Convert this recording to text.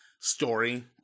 story